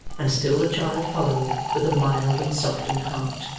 and still the child followed with a mild and softened heart.